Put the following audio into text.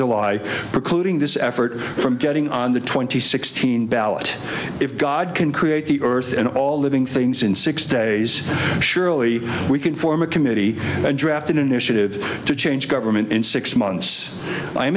july occluding this effort from getting on the twenty sixteen ballot if god can create the earth and all living things in six days surely we can form a committee and draft an initiative to change government in six months i